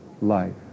life